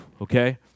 okay